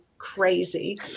crazy